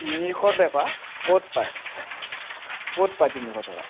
তিনিশ টকা ক'ত পায় ক'ত পায় তিনিশ টকা